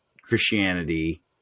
Christianity